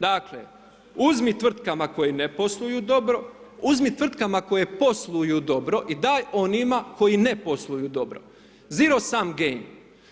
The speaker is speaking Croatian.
Dakle, uzmi tvrtkama koje ne posluju dobro, uzmi tvrtkama koje posluju dobro i daj onima koji ne posluju dobro, zero sume game,